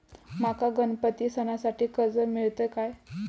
माका गणपती सणासाठी कर्ज मिळत काय?